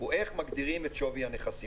הוא איך מגדירים את שווי הנכסים.